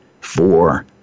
four